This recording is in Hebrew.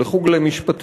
או לחוג למשפטים,